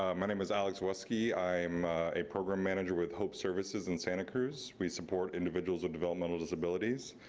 ah my name is alex wheskey. i'm a program manager with hope services in santa cruz. we support individuals with developmental disabilities.